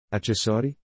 Accessori